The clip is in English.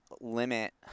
limit